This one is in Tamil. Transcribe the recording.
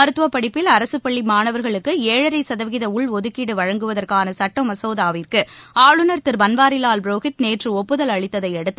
மருத்துவபடிப்பில் அரசுப்பள்ளிமாணவர்களுக்குஏழரைசதவீதஉள்ஒதுக்கீடுவழங்குவதற்கானசட்டமசோதாவிற்கு பன்வாரிவால் புரோஹித் நேற்றுஒப்புதல் அளித்ததைஅடுத்து